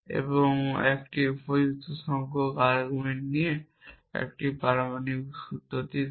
এবং একটি উপযুক্ত সংখ্যক আর্গুমেন্ট দিয়ে একটি পারমাণবিক সূত্র দেয়